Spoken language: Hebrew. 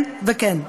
כן וכן.